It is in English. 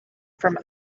from